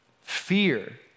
Fear